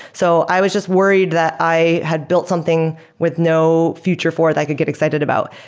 so i was just worried that i had built something with no future for that i could get excited about.